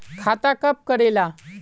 खाता कब करेला?